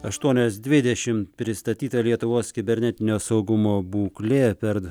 aštuonios dvidešimt pristatyta lietuvos kibernetinio saugumo būklė per